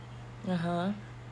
(uh huh)